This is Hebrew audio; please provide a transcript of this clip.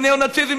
לניאו-נאציזם,